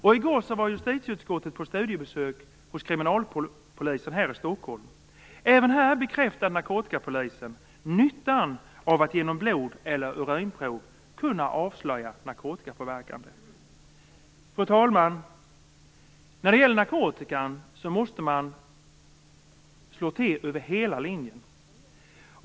I går var justitieutskottet på studiebesök hos kriminalpolisen i Stockholm. Även här bekräftar narkotikapolisen nyttan av att med hjälp av blod eller urinprov kunna avslöja narkotikapåverkade. Fru talman! När det gäller narkotika måste man slå till över hela linjen.